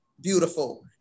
beautiful